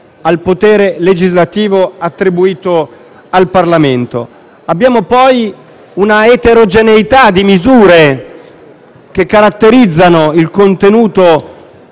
al potere legislativo attribuito al Parlamento. Abbiamo poi una eterogeneità di misure che ne caratterizzano il contenuto.